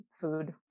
food